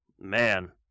Man